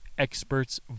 Experts